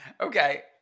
Okay